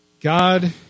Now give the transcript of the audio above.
God